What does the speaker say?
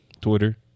Twitter